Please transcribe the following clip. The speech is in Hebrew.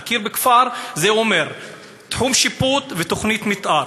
להכיר בכפר זה אומר תחום שיפוט ותוכנית מתאר.